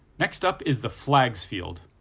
next up is the flags field.